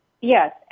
yes